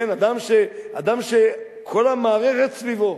כן, אדם שכל המערכת סביבו,